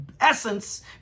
essence